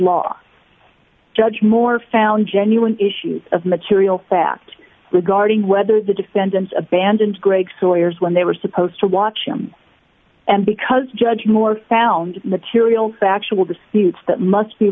law judge more found genuine issues of material fact regarding whether the defendant abandoned greg hoy as when they were supposed to watch him and because judge moore found material factual disputes that must be